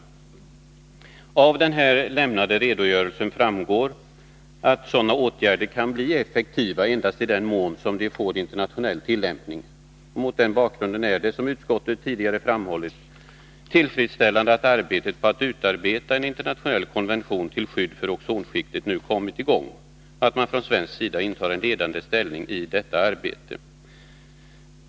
Av den lämnade redogörelsen framgår att sådana åtgärder kan bli effektiva endast i den mån som de får internationell tillämpning. Mot den bakgrunden är det, som utskottet tidigare framhållit, tillfredsställande att arbetet på att utarbeta en internationell konvention till skydd för ozonskiktet nu kommit i gång och att man från svensk sida intar en ledande ställning i detta arbete.